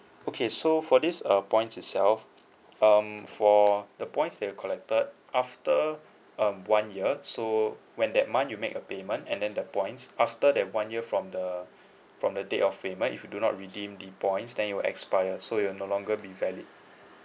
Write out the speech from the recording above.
okay so for this uh points itself um for the points that you collected after um one year so when that month you make a payment and then the points after that one year from the from the date of payment if you do not redeem the points then it'll expire so it'll no longer be valid